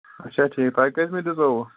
اَچھا ٹھیٖک تۄہہِ کٔژۍمہِ دِژیوُ